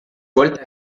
suelta